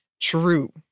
True